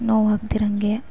ನೋವಾಗ್ದಿರೋ ಹಾಗೆ